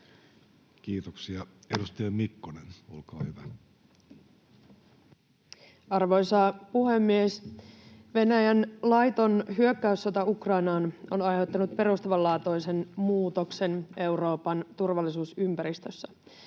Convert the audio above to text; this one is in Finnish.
Kiitoksia. — Edustaja Mikkonen, olkaa hyvä. Arvoisa puhemies! Venäjän laiton hyökkäyssota Ukrainaan on aiheuttanut perustavanlaatuisen muutoksen Euroopan turvallisuusympäristössä.